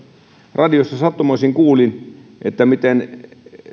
radiosta sattumoisin kuulin miten